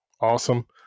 awesome